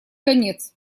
конец